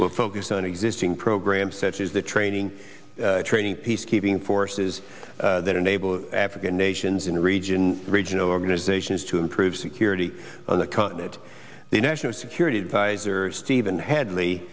will focus on existing programs such as the training training peacekeeping forces that enable african nations in the region regional organizations to improve security on the continent the national security advisor stephen hadley